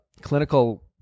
clinical